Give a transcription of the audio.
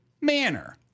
manner